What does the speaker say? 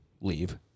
leave